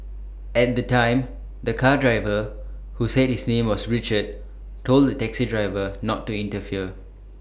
at the time the car driver who said his name was Richard told the taxi driver not to interfere